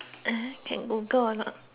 Google